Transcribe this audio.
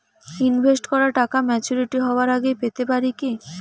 Invest করা টাকা maturity হবার আগেই পেতে পারি কি?